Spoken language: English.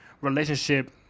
relationship